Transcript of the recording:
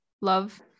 love